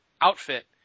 outfit